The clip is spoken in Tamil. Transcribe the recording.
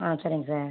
ஆ சரிங்க சார்